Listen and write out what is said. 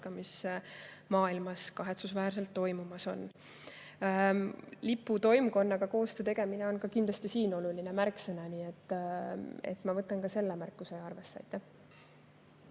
mis maailmas praegu kahetsusväärselt toimumas on. Liputoimkonnaga koostöö tegemine on kindlasti siin oluline märksõna, nii et ma võtan ka selle märkuse arvesse.